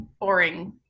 boring